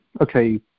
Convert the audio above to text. okay